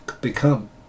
become